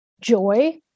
joy